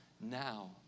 now